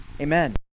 Amen